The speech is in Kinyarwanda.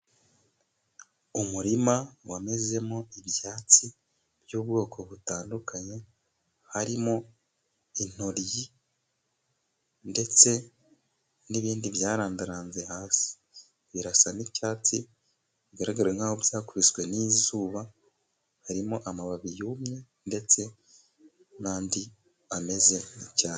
Umurima wamezemo ibyatsi by'ubwoko butandukanye harimo: intoyi, ndetse n'ibindi byarandaranze hasi. Birasa n'icyatsi bigaragara nkaho byakubiswe n'izuba. Harimo amababi yumye ndetse n'andi ameze nk'icyatsi.